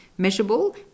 Measurable